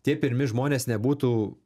tie pirmi žmonės nebūtų